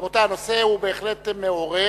רבותי, הנושא בהחלט מעורר,